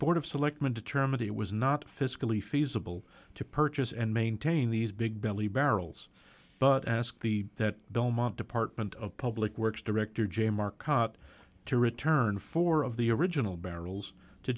board of selectmen determined it was not fiscally feasible to purchase and maintain these big belly barrels but ask the that belmont department of public works director j market to return four of the original barrels to